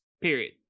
Period